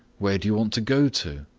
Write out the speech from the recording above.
where do you want to go to?